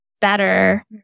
better